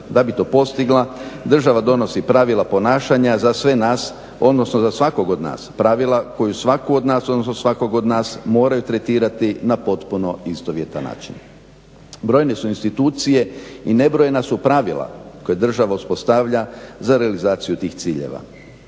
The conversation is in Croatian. Da bi to postigla, država donosi pravila ponašanja za sve nas, odnosno za svakog od nas, pravila koju svaku on nas, odnosno svakog od nas moraju tretirati na potpuno istovjetan način. Brojne su institucije i nebrojena su pravila koja država uspostavlja za realizaciju tih ciljeva.